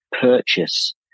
purchase